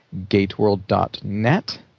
gateworld.net